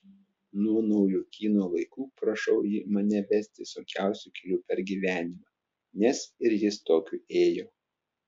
nuo naujokyno laikų prašau jį mane vesti sunkiausiu keliu per gyvenimą nes ir jis tokiu ėjo